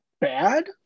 bad